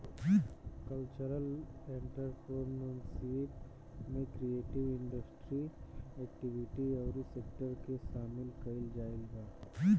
cultural entrepreneurship में creative industry activity अउरी sector के सामिल कईल गईल बा